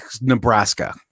Nebraska